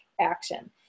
action